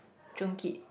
Joon-Kit